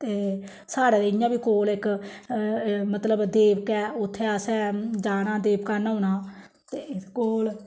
ते साढ़े ते इ'यां बी कोल इक मतलब देवक ऐ उत्थै असें जाना देवका न्हौना ते कोल